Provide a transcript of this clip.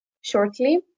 shortly